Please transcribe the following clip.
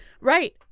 Right